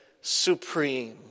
supreme